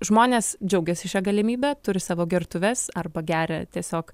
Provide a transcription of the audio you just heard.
žmonės džiaugiasi šia galimybe turi savo gertuves arba geria tiesiog